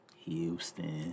Houston